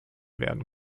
werden